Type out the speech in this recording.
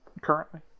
Currently